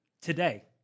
Today